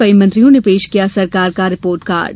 कई मंत्रियों ने पेश किया सरकार का रिपोर्ट कार्ड